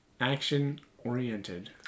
Action-oriented